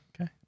Okay